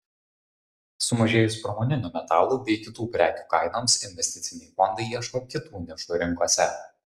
sumažėjus pramoninių metalų bei kitų prekių kainoms investiciniai fondai ieško kitų nišų rinkose